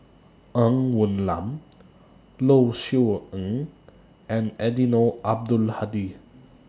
Ng Woon Lam Low Siew Nghee and Eddino Abdul Hadi